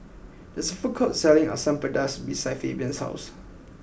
there is a food court selling Asam Pedas behind Fabian's house